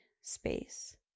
space